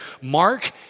Mark